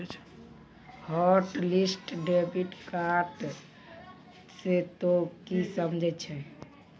hotlist debit card से तोंय की समझे छौं